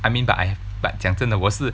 I mean but I have but 讲真的我是